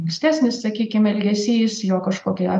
ankstesnis sakykim elgesys jo kažkokia